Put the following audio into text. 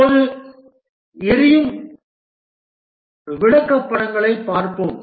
இப்போது எரியும் விளக்கப்படங்களைப் பார்ப்போம்